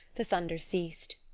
the thunder ceased.